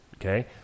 okay